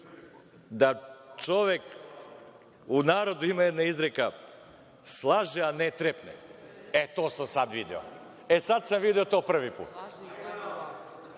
laži. U narodu ima jedna izreka – slaže, a ne trepne. E, to sam sada video, sada sam video to prvi put.